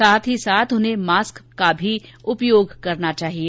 साथ ही साथ उन्हें मास्क का उपयोग भी करना चाहिए